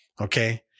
okay